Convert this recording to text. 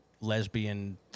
lesbian